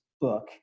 book